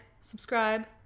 subscribe